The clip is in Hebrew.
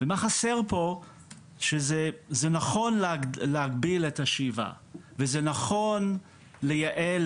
ומה חסר פה שזה נכון להגביל את השאיבה ,וזה נכון לייעל,